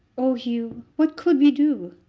oh, hugh what could we do?